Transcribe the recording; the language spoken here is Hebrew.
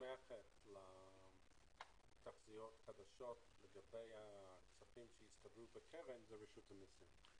מוסמכת לתחזיות החדשות לגבי הכספים שהצטברו בקרן זו רשות המסים.